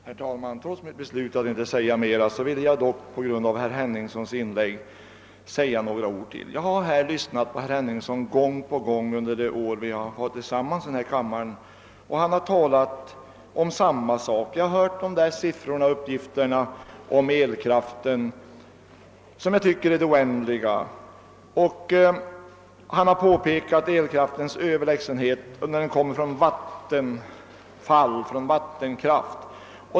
Herr talman! Trots mitt beslut att inte säga mera i denna debatt vill jag dock på grund av herr Henningssons inlägg yttra några ord. Jag har gång på gång lyssnat till herr Henningsson under de år vi varit tillsammans i denna kammare. Han har talat om samma saker. Jag tycker mig ha hört dessa sifferuppgifter om elkraften i det oändliga. Han har påpekat elkraftens överlägsenhet när den kommer från vattenfall.